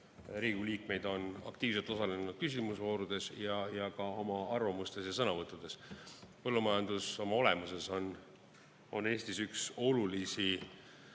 Riigikogu liikmeid on aktiivselt osalenud küsimusvoorudes ja esitanud ka oma arvamusi ja sõnavõtte. Põllumajandus oma olemuses on Eestis üks olulisi